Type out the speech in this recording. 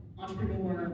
entrepreneur